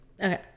Okay